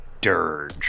Dirge